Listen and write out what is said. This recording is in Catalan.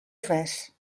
res